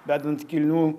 vedant kilnių